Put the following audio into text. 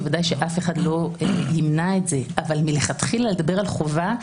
בוודאי שאף אחד לא ימנע את זה אבל מלכתחילה לדבר על חובה,